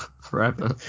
forever